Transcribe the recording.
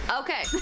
Okay